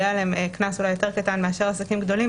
יהיה עליהם קנס אולי יותר קטן מאשר עסקים גדולים,